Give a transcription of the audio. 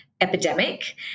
epidemic